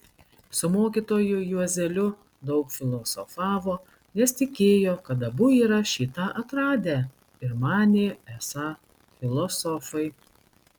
su mokytoju juozeliu daug filosofavo nes tikėjo kad abu yra šį tą atradę ir manė esą filosofai